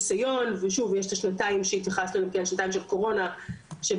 של הקורונה שבהם היו שיבושים כאלה ואחרים,